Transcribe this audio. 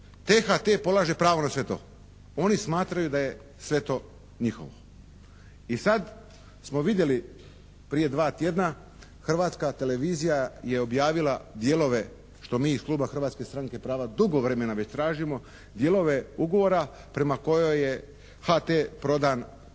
THT polaže pravo na sve to. Oni smatraju da je sve to njihovo. I sad smo vidjeli prije dva tjedna Hrvatska televizija je objavila dijelove, što mi iz kluba Hrvatske stranke prava dugo vremena već tražimo, dijelove ugovora prema kojoj je HT prodan,